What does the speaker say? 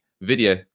video